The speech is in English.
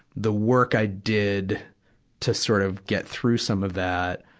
the work i did to sort of get through some of that,